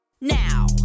now